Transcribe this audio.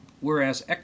whereas